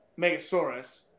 Megasaurus